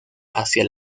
hacia